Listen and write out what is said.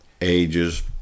ages